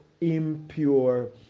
impure